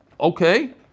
Okay